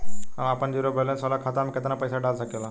हम आपन zero balance वाला खाता मे केतना पईसा डाल सकेला?